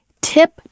tip